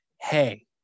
hey